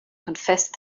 confessed